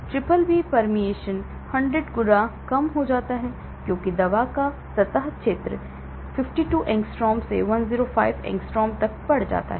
BBB permeation 100 गुना कम हो जाता है क्योंकि दवा का सतह क्षेत्र 52 एंगस्ट्रॉम से 105 एंग्स्ट्रॉम तक बढ़ जाता है